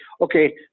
Okay